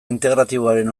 integratiboaren